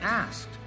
asked